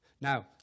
Now